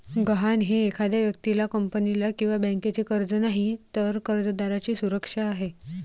गहाण हे एखाद्या व्यक्तीला, कंपनीला किंवा बँकेचे कर्ज नाही, तर कर्जदाराची सुरक्षा आहे